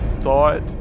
thought